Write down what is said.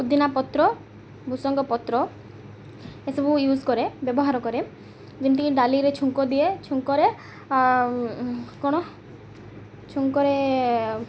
ପୁଦିନା ପତ୍ର ଭୃସଙ୍ଗ ପତ୍ର ଏସବୁ ୟୁଜ୍ କରେ ବ୍ୟବହାର କରେ ଯେମିତିକି ଡ଼ାଲିରେ ଛୁଙ୍କ ଦିଏ ଛୁଙ୍କରେ କ'ଣ ଛୁଙ୍କରେ